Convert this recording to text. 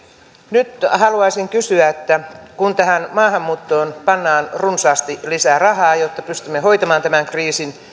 nyt haluaisin kysyä että kun tähän maahanmuuttoon pannaan runsaasti lisää rahaa jotta pystymme hoitamaan tämän kriisin